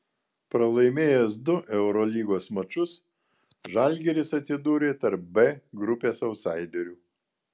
pralaimėjęs du eurolygos mačus žalgiris atsidūrė tarp b grupės autsaiderių